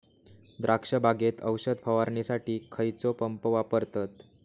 द्राक्ष बागेत औषध फवारणीसाठी खैयचो पंप वापरतत?